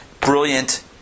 brilliant